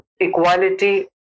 equality